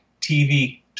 TV